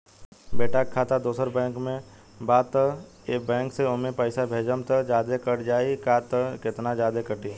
बेटा के खाता दोसर बैंक में बा त ए बैंक से ओमे पैसा भेजम त जादे कट जायी का त केतना जादे कटी?